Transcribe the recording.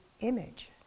image